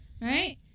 Right